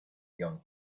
young